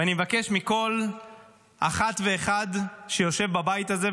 ואני מבקש מכל אחת ואחד שיושב בבית הזה,